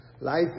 Life